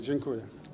Dziękuję.